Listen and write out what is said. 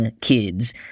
kids